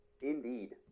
Indeed